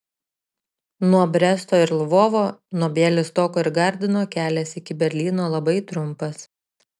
nuo bresto ir lvovo nuo bialystoko ir gardino kelias iki berlyno labai trumpas